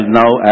now